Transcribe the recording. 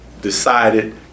decided